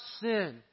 sin